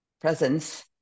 presence